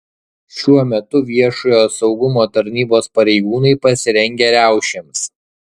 šiuo metu viešojo saugumo tarnybos pareigūnai pasirengę riaušėms